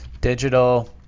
digital